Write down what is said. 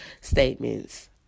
statements